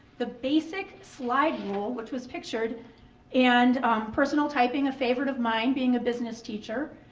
the basic slide rule, which was pictured and personal typing, a favorite of mine being a business teacher,